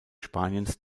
spaniens